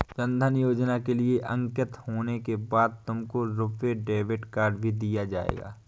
जन धन योजना के लिए अंकित होने के बाद तुमको रुपे डेबिट कार्ड भी दिया जाएगा